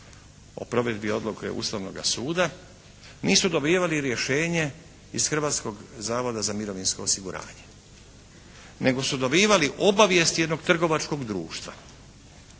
o provedbi odluke Ustavnoga suda, nisu dobivali rješenje iz Hrvatskog zavoda za mirovinsko osiguranje, nego su dobivali obavijest jednog trgovačkog društva